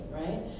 right